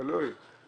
תלוי.